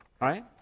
right